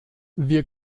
wir